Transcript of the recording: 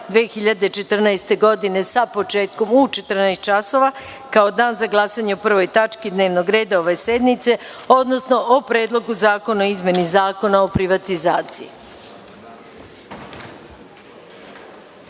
2014. godine, sa početkom u 14,00 časova kao dan za glasanje o prvoj tački dnevnog reda ove sednice, odnosno o Predlogu zakona o izmeni Zakona o privatizaciji.(Posle